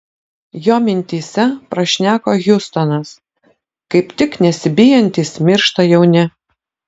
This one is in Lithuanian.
jo mintyse prašneko hiustonas kaip tik nesibijantys miršta jauni